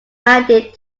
added